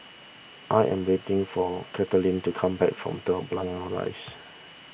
I am waiting for Caitlin to come back from Telok Blangah Rise